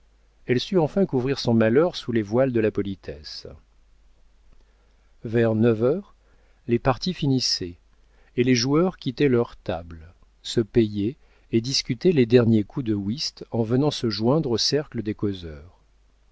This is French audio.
elle sut enfin couvrir son malheur sous les voiles de la politesse vers neuf heures les parties finissaient et les joueurs quittaient leurs tables se payaient et discutaient les derniers coups de whist en venant se joindre au cercle des